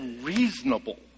reasonable